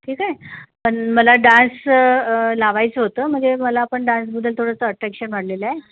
ठीक आहे पण मला डान्स लावायचं होतं म्हणजे मला पण डान्सबद्दल थोडंसं अट्रॅक्शन वाढलेलं आहे